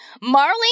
Marley